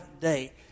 day